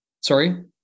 Sorry